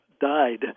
died